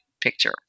picture